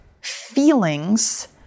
feelings